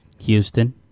Houston